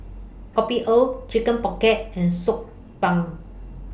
Kopi O Chicken Pocket and Soup